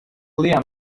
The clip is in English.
liam